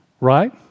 Right